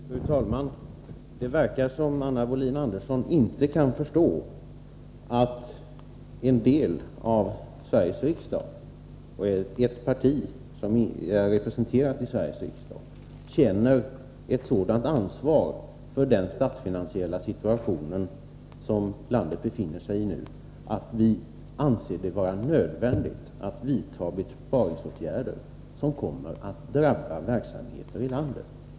Fru talman! Det verkar som om Anna Wohlin-Andersson inte kan förstå att ett parti som är representerat i Sveriges riksdag känner ett sådant ansvar för den statsfinansiella situation som landet befinner sig i nu att vi anser det vara nödvändigt att vidta besparingsåtgärder som kommer att drabba verksamheter i landet.